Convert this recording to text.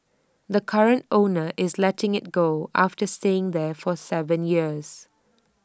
the current owner is letting IT go after staying there for Seven years